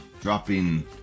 dropping